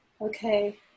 okay